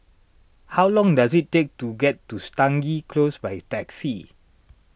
how long does it take to get to Stangee Close by taxi